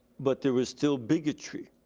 but there was still bigotry.